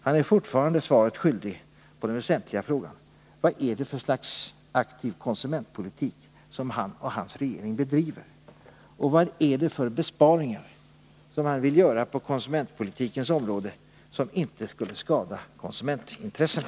Han är fortfarande svaret skyldig på den väsentliga frågan: Vad är det för slags aktiv konsumentpolitik som han och hans regering bedriver, och vad är det för besparingar som han vill göra på konsumentpolitikens område men som inte skulle skada konsumentintressena?